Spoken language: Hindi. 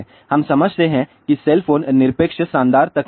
हम समझते हैं कि सेल फोन निरपेक्ष शानदार तकनीक है